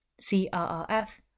crrf